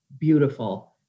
beautiful